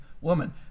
Woman